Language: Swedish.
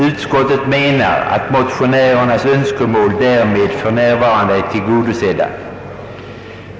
Utskottet menar att motionärernas önskemål därmed för närvarande är tillgodosedda.